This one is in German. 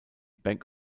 bank